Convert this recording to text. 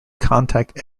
contact